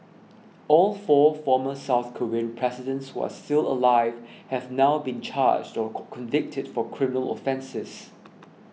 all four former South Korean presidents who are still alive have now been charged or convicted for criminal offences